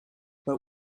but